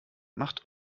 macht